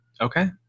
Okay